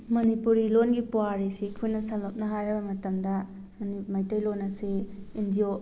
ꯃꯅꯤꯄꯨꯔꯤ ꯂꯣꯟꯒꯤ ꯄꯨꯋꯥꯔꯤꯁꯤ ꯑꯩꯈꯣꯏꯅ ꯁꯝꯂꯞꯅ ꯍꯥꯏꯔꯕ ꯃꯇꯝꯗ ꯃꯩꯇꯩꯂꯣꯟ ꯑꯁꯤ ꯏꯟꯗꯤꯌꯣ